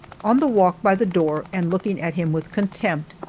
on the walk by the door, and looking at him with contempt,